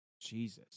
Jesus